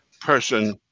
person